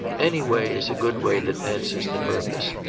any way is a good way that answers the purpose.